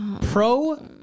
pro